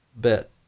bit